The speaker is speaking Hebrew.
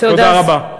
תודה רבה.